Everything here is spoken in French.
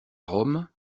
rome